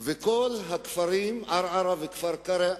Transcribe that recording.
וכל הכפרים, ערערה וכפר-קרע.